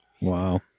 Wow